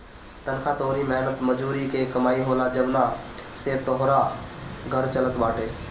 तनखा तोहरी मेहनत मजूरी के कमाई होला जवना से तोहार घर चलत बाटे